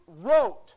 wrote